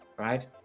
Right